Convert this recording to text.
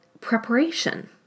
preparation